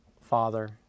Father